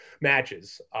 matches